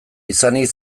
izanik